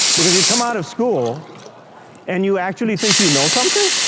because you come out of school and you actually think you know something?